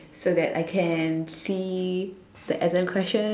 so that I can see the exam question